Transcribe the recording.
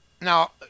Now